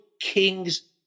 king's